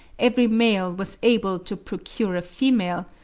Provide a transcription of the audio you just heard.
every male was able to procure a female,